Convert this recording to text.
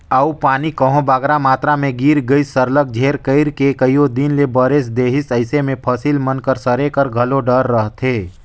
अउ पानी कहांे बगरा मातरा में गिर गइस सरलग झेर कइर के कइयो दिन ले बरेस देहिस अइसे में फसिल मन कर सरे कर घलो डर रहथे